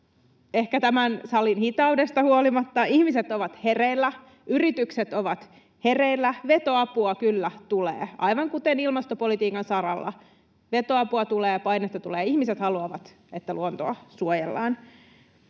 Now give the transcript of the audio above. ehkä tämän salin hitaudesta huolimatta ihmiset ovat hereillä, yritykset ovat hereillä, vetoapua kyllä tulee, aivan kuten ilmastopolitiikan saralla, veto-apua tulee, painetta tulee, ihmiset haluavat, että luontoa suojellaan.